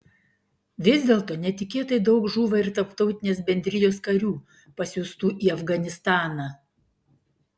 vis dėlto netikėtai daug žūva ir tarptautinės bendrijos karių pasiųstų į afganistaną